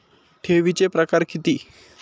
ठेवीचे प्रकार किती?